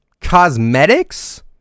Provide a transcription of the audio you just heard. Cosmetics